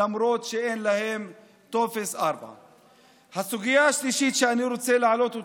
למרות שאין להם טופס 4. הסוגיה השלישית שאני רוצה להעלות,